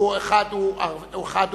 אחד הוא מוסלמי,